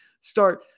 start